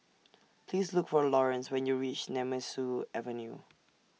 Please Look For Laurence when YOU REACH Nemesu Avenue